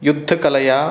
युद्धकलया